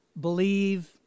believe